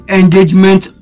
engagement